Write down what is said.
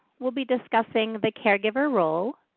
we'll be discussing the caregiver role,